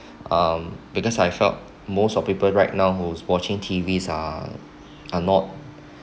um because I felt most of people right now who's watching T_Vs are are not